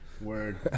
Word